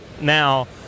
now